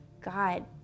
God